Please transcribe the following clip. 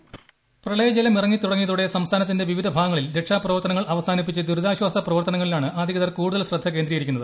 voice പ്രളയ ജലമിറങ്ങിതുടങ്ങിയതോടെ സംസ്ഥാനത്തിന്റെ വിവിധ ഭാഗങ്ങളിൽ രക്ഷാപ്രവർത്തനങ്ങൾ അവ്വസാനിപ്പിച്ച് ദുരിതാശ്വാസ പ്രവർത്തനങ്ങളിലാണ് അധികൃതർ ശ്രദ്ധ കേന്ദ്രീകരിക്കുന്നത്